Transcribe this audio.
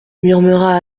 murmura